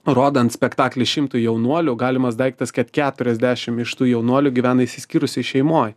rodant spektaklį šimtui jaunuolių galimas daiktas kad keturiasdešimt iš tų jaunuolių gyvena išsiskyrusioj šeimoj